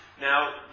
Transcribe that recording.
now